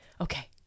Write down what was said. Okay